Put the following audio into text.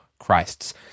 Christ's